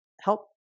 help